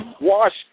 Wash